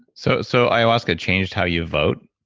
so so ayahuasca changed how you vote?